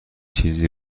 چیزی